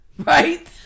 Right